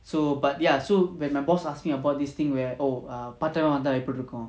so but ya so when my boss ask me about this thing where oh err part time ah இருந்தாஎப்டிருக்கும்